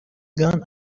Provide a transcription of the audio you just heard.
gone